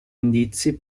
indizi